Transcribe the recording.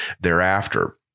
thereafter